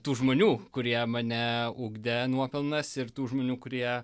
tų žmonių kurie mane ugdė nuopelnas ir tų žmonių kurie